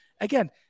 again